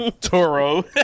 Toro